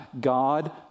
God